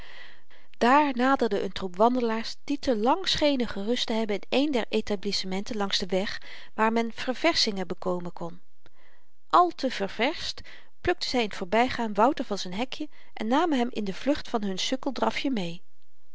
daar naderde n troep wandelaars die te lang schenen gerust te hebben in een der etablissementen langs den weg waar men ververschingen bekomen kon al te ververscht plukten zy in t voorbygaan wouter van z'n hekje en namen hem in de vlucht van hun sukkeldrafje mee